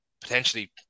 potentially